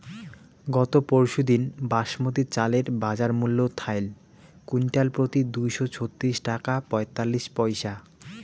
গত পরশুদিন বাসমতি চালের বাজারমূল্য থাইল কুইন্টালপ্রতি দুইশো ছত্রিশ টাকা পঁয়তাল্লিশ পইসা